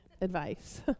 advice